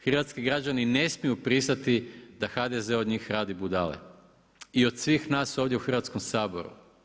Hrvatski građani ne smiju pristati da HDZ od njih radi budale i od svih nas ovdje u Hrvatskom saboru.